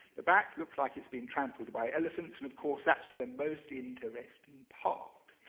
the back looks like it's been trampled by elephants. and of course, that's the most interesting part.